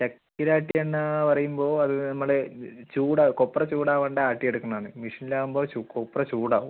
ചക്കിലാട്ടിയ എണ്ണ പറയുമ്പോൾ അത് നമ്മുടെ ചൂടാവും കൊപ്ര ചൂടാവാണ്ട് ആട്ടിയെടുക്കുന്നതാണ് മെഷിനിൽ ആവുമ്പോൾ കൊപ്ര ചൂടാവും